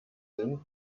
sind